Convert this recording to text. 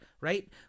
right